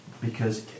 Because-